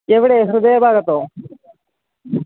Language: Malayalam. എവിടെ ഹൃദയഭാഗത്തോ